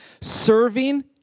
Serving